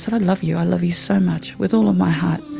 and i love you, i love you so much, with all of my heart.